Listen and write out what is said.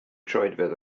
troedfedd